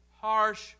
harsh